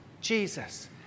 Jesus